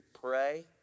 pray